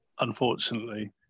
unfortunately